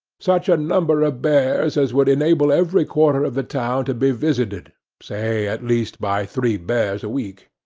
such a number of bears as would enable every quarter of the town to be visited say at least by three bears a week.